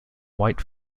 white